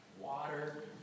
water